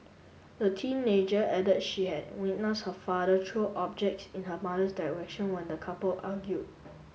the teenager added she had witnessed her father throw objects in her mother's direction when the couple argued